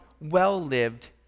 well-lived